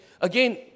Again